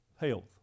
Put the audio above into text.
Health